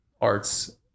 arts